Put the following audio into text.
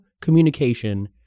communication